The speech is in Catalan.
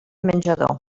menjador